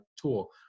tool